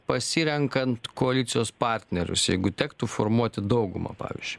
pasirenkant koalicijos partnerius jeigu tektų formuoti daugumą pavyzdžiui